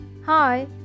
Hi